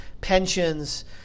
pensions